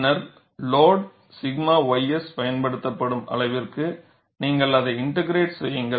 பின்னர் load 𝛔 ys பயன்படுத்தப்படும் அளவிற்கு நீங்கள் அதை இன்ட்க்ரெட் செய்யுங்கள்